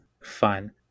fun